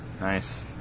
Nice